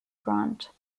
grant